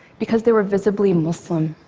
because they were visibly muslim.